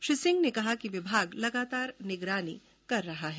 श्री सिंह ने कहा कि विभाग लगातार निगरानी कर रहा है